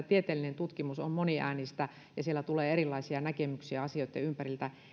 tieteellinen tutkimus on moniäänistä ja siellä tulee erilaisia näkemyksiä asioitten ympäriltä